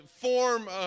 form